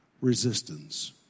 resistance